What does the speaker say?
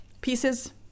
pieces